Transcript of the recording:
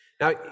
Now